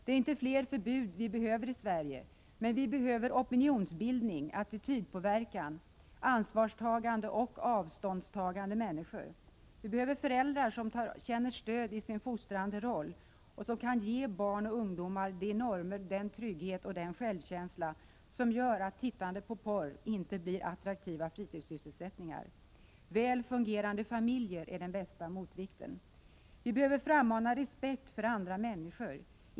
Det är inte fler förbud vi behöver i Sverige. Vi behöver opinionsbildning och attitydpåverkan samt ansvarstagande och avståndstagande människor. Vi behöver föräldrar som känner stöd i sin fostrande roll och som kan ge barn och ungdomar de normer, den trygghet och den självkänsla som gör att tittande på porr inte blir en attraktiv fritidssysselsättning. Väl fungerande familjer är den bästa motvikten. Vi behöver frammana respekt för andra människor.